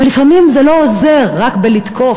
אבל לפעמים זה לא עוזר רק לתקוף.